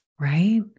right